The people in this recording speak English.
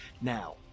Now